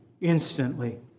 instantly